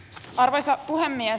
arvoisa puhemies